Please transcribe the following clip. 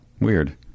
Weird